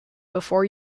before